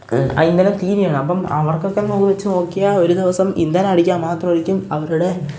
അ ഇന്തനം തീരുകയാണ് അപ്പം അവർക്കൊക്കെന്നോവ് വെച്ചു നോക്കിയാൽ ഒരു ദിവസം ഇന്ധനം അടിക്കാൻ മാത്രമായിരിക്കും അവരുടെ